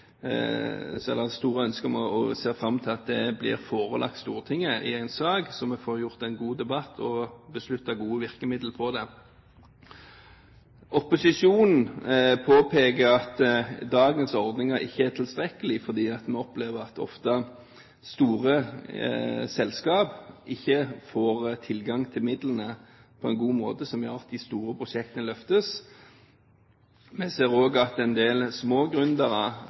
så vi får en god debatt og besluttet gode virkemidler. Opposisjonen påpeker at dagens ordninger ikke er tilstrekkelige, fordi vi ofte opplever at store selskaper ikke får tilgang til midlene på en måte som gjør at de store prosjektene løftes. Vi ser også at en del små